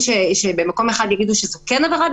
במקום אחד יגידו שזה כן עברה,